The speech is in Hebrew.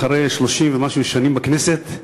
אחרי 30 ומשהו שנים בכנסת,